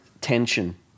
tension